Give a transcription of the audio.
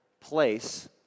place